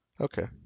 Okay